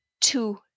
two